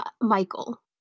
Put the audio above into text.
Michael